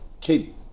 keep